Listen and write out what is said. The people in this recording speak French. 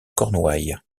cornouaille